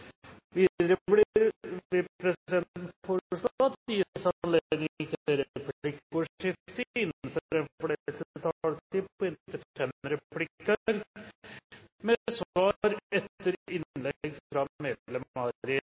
Videre vil presidenten foreslå at det gis anledning til replikkordskifte på inntil fem replikker med svar etter innlegg fra medlem